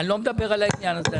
אני לא מדבר על העניין הזה.